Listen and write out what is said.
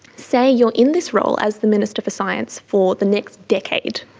say you are in this role as the minister for science for the next decade,